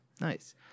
Nice